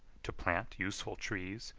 to plant useful trees,